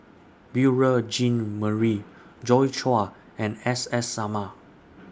Beurel Jean Marie Joi Chua and S S Sarma